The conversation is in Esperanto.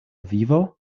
vivo